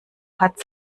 hat